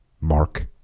Mark